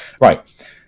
Right